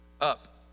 up